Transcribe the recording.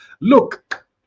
Look